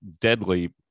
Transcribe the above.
deadly